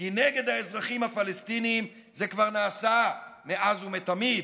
כי נגד האזרחים הפלסטינים זה כבר נעשה מאז ומתמיד.